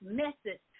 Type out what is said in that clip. message